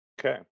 Okay